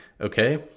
okay